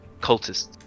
cultists